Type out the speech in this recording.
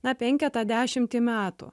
na penketą dešimtį metų